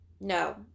No